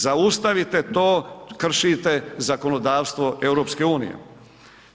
Zaustavite to, kršite zakonodavstvo EU-e.